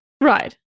Right